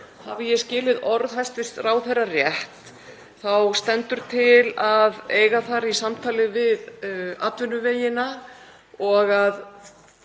Hafi ég skilið orð hæstv. ráðherra rétt þá stendur til að eiga þar í samtali við atvinnuvegina og að